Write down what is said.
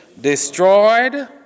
Destroyed